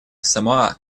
самоа